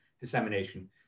dissemination